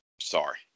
Sorry